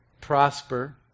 prosper